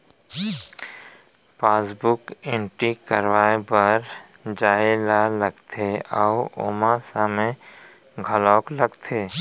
passbook entry करवाए बर जाए ल लागथे अउ ओमा समे घलौक लागथे